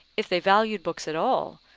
if they valued books at all,